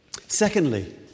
Secondly